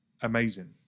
amazing